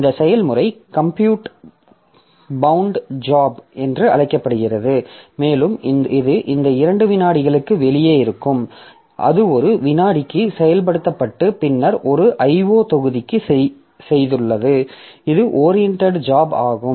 இந்த செயல்முறை compute bound job என்று அழைக்கப்படுகிறது மேலும் இது இந்த 2 விநாடிகளுக்கு வெளியே இருக்கும் அது ஒரு விநாடிக்கு செயல்படுத்தப்பட்டு பின்னர் ஒரு IO தொகுதிக்கு செய்துள்ளது இது ஓரியண்டட் ஜாப் ஆகும்